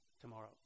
tomorrow